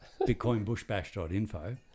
BitcoinBushBash.info